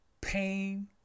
pain